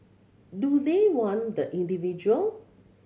do they want the individual